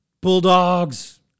Bulldogs